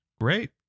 great